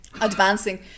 advancing